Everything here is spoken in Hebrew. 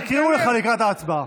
יקראו לך לקראת ההצבעה.